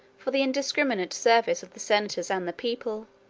for the indiscriminate service of the senators and the people,